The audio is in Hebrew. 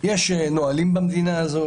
יש נהלים במדינה הזו.